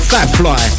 Fatfly